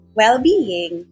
well-being